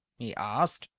he asked.